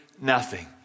nothing